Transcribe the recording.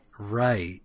right